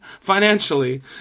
financially